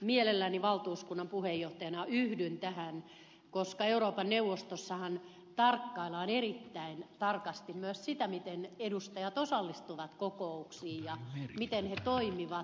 mielelläni valtuuskunnan puheenjohtajana yhdyn tähän koska euroopan neuvostossahan tarkkaillaan erittäin tarkasti myös sitä miten edustajat osallistuvat kokouksiin ja miten he toimivat